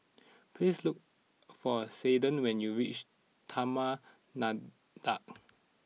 please look for Caiden when you reach Taman Nakhoda